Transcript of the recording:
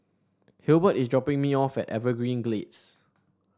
Hilbert is dropping me off at Evergreen Gardens